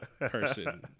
person